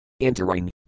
Entering